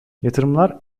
yatırımlar